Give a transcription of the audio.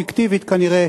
פיקטיבית כנראה,